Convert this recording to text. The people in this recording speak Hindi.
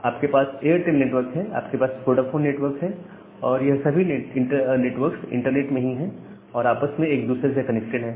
आपके पास एयरटेल नेटवर्क है आपके पास वोडाफोन नेटवर्क है और ये सभी नेटवर्क्स इंटरनेट में ही है और आपस में एक दूसरे से कनेक्टेड है